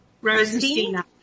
Rosenstein